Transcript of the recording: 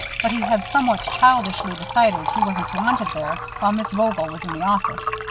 but he had somewhat childishly decided he wasn't wanted there while miss vogel was in the office,